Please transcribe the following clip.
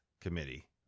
committee